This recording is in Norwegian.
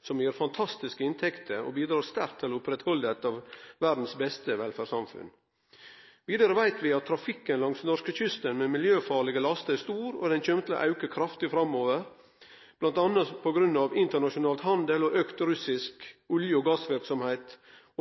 som gir fantastiske inntekter og bidreg sterkt til å halde eit av verdas beste velferdssamfunn ved lag. Vidare veit vi at trafikken langs norskekysten med miljøfarlege laster er stor, og han kjem til å auke kraftig framover, bl.a. på grunn av internasjonal handel og auka russisk olje- og gassverksemd,